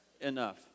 enough